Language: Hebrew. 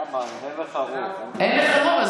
אין לך רוב.